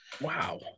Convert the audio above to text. Wow